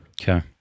Okay